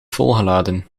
volgeladen